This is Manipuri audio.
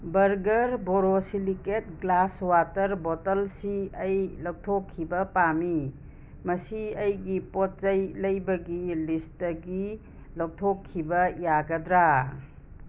ꯕꯔꯒꯔ ꯕꯣꯔꯣꯁꯤꯂꯤꯀꯦꯠ ꯒ꯭ꯂꯥꯁ ꯋꯥꯇꯔ ꯕꯣꯇꯜꯁꯤ ꯑꯩ ꯂꯧꯊꯣꯛꯈꯤꯕ ꯄꯥꯝꯃꯤ ꯃꯁꯤ ꯑꯩꯒꯤ ꯄꯣꯠꯆꯩ ꯂꯩꯕꯒꯤ ꯂꯤꯁꯇꯒꯤ ꯂꯧꯊꯣꯛꯈꯤꯕ ꯌꯥꯒꯗ꯭ꯔꯥ